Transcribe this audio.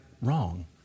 wrong